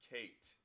Kate